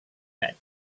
bed